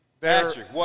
Patrick